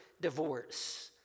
divorce